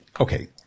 Okay